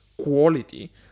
quality